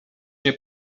nie